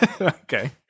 Okay